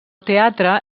teatre